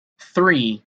three